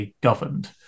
governed